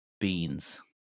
beans